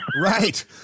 Right